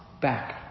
back